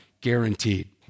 guaranteed